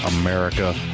America